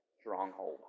stronghold